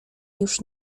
już